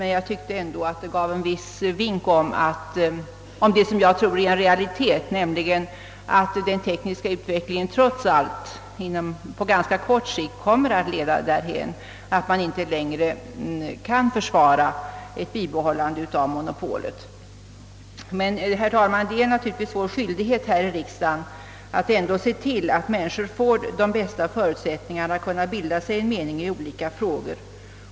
Men jag tycker ändå att de gav en vink om det som jag är övertygad om är en realitet, nämligen att den tekniska utvecklingen på ganska kort sikt kommer att leda därhän att man inte längre kan försvara ett bibehållande av monopolet. Det borde vara en självklar skyldighet att vi här i riksdagen söker se till att människor får bästa möjliga förutsättningar att bilda sig en uppfattning i olika frågor.